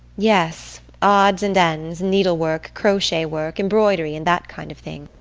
yes odds and ends, needlework, crotchet-work, embroidery, and that kind of thing.